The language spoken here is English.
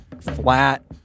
Flat